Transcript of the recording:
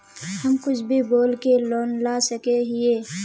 हम कुछ भी बोल के लोन ला सके हिये?